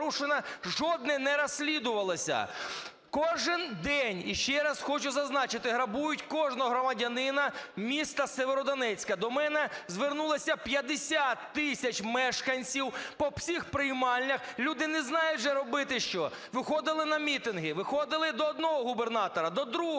жодне не розслідувалося! Кожен день, ще раз хочу зазначити, грабують кожного громадянина міста Сєвєродонецька. До мене звернулись 50 тисяч мешканців по всіх приймальнях. Люди не знають вже робити що. Виходили на мітинги. Виходили до одного губернатора, до другого,